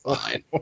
fine